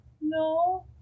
No